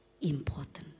important